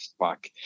fuck